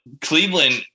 Cleveland